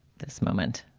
this moment,